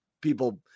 people